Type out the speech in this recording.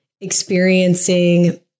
experiencing